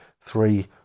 three